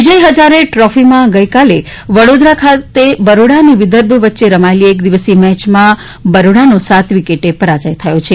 વિજય હજારે ટ્રોફીમાં ગઇકાલે વડોદરા ખાતે બરોડા અને વિદર્ભ વચ્ચે રમાયેલી એક દિવસીય મેચમાં બરોડાનો સાત વિકેટે પરાજય થયો છે